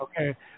Okay